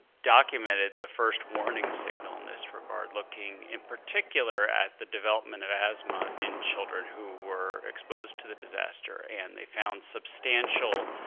documented the first warning signal in this regard, looking in particular at the development of asthma in children who were exposed to the disaster, and they found substantial,